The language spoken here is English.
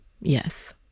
Yes